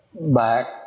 back